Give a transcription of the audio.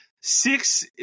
six